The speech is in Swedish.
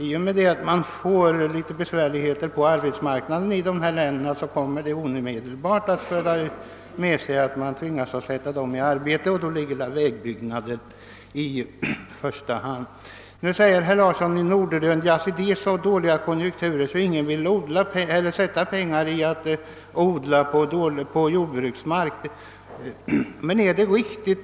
I och med att man får litet besvärligheter på arbetsmarknaden i dessa län kommer detta omedelbart att föra med sig att vägbyggnader i AMS:s regi kommer till stånd. dan att det är så dåliga konjunkturer att ingen vill satsa pengar för att odla på sämre jordbruksmarker. Men är detta riktigt?